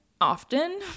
often